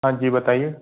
हाँ जी बताइए